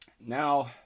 Now